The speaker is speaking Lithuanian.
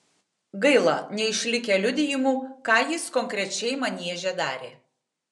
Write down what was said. gaila neišlikę liudijimų ką jis konkrečiai manieže darė